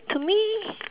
to me